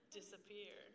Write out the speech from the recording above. disappear